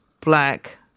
black